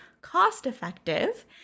cost-effective